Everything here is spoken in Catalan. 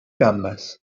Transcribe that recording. gambes